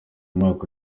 umwaka